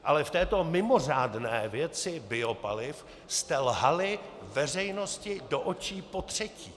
Ale v této mimořádné věci biopaliv jste lhali veřejnosti do očí potřetí.